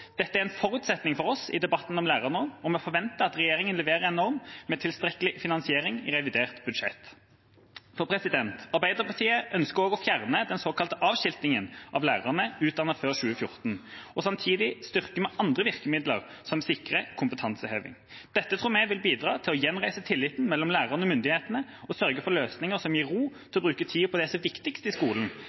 Dette er en forutsetning for oss i debatten om lærernorm, og vi forventer at regjeringa leverer en norm med tilstrekkelig finansiering i revidert budsjett. Arbeiderpartiet ønsker også å fjerne den såkalte avskiltingen av lærere utdannet før 2014. Samtidig styrker vi andre virkemidler som sikrer kompetanseheving. Dette tror vi vil bidra til å gjenreise tilliten mellom lærerne og myndighetene og sørge for løsninger som gir ro til å bruke tida på det som er viktigst i skolen: